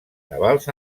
navals